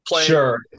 Sure